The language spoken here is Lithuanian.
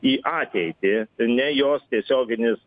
į ateitį ne jos tiesioginis